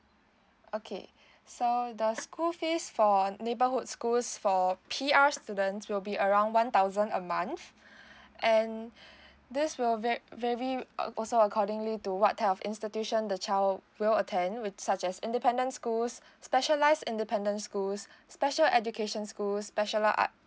okay so the school fees for neighbourhood schools for P_R students will be around one thousand a month and this will var~ vary also accordingly to what type of institution the child will attend which such as independent schools specialize independent schools special education school special ar~